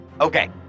Okay